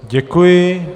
Děkuji.